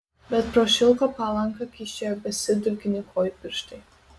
bet pro šilko palanką kyščiojo basi dulkini kojų pirštai